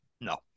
No